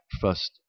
first